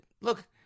Look